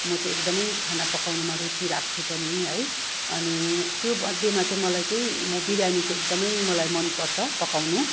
म चाहिँ एक्दमै खाना पकाउनुमा रुचि राख्छु पनि है अनि त्यो मध्येमा चाहिँ मलाई चाहिँ म बिर्यानी चाहिँ एकदमै मलाई मन पर्छ पकाउनु